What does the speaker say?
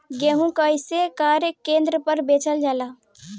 गेहू कैसे क्रय केन्द्र पर बेचल जाला?